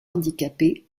handicapé